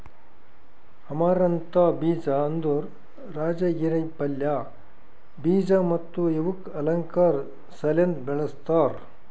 amaranth ಬೀಜ ಅಂದುರ್ ರಾಜಗಿರಾ ಪಲ್ಯ, ಬೀಜ ಮತ್ತ ಇವುಕ್ ಅಲಂಕಾರ್ ಸಲೆಂದ್ ಬೆಳಸ್ತಾರ್